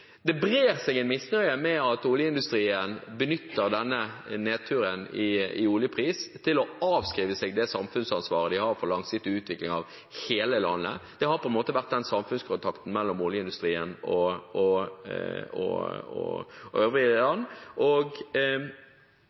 Det brer seg en misnøye med at oljeindustrien benytter denne nedturen i oljeprisen til å fraskrive seg det samfunnsansvaret de har for langsiktig utvikling av hele landet. Det har på en måte vært en samfunnskontrakt mellom oljeindustrien og